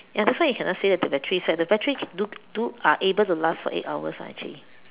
ya that's why you cannot say that to the battery is set the battery do do are able to last for eight hours ah actually